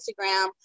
Instagram